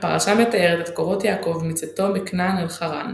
הפרשה מתארת את קורות יעקב מצאתו מכנען אל חרן.